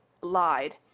lied